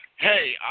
hey